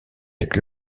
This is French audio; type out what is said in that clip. avec